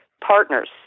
partners